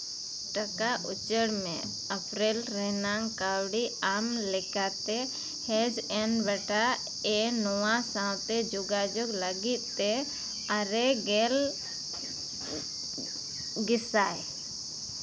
ᱴᱟᱠᱟ ᱩᱪᱟᱹᱲ ᱢᱮ ᱮᱯᱨᱤᱞ ᱨᱮᱱᱟᱝ ᱠᱟᱹᱣᱰᱤ ᱟᱢ ᱞᱮᱠᱟᱛᱮ ᱦᱮᱡᱽ ᱮᱱ ᱵᱮᱴᱟ ᱮᱱ ᱱᱚᱣᱟ ᱥᱟᱶᱛᱮ ᱡᱳᱜᱟᱡᱳᱜᱽ ᱞᱟᱹᱜᱤᱫ ᱛᱮ ᱟᱨᱮ ᱜᱮᱞ ᱜᱮᱥᱟᱭ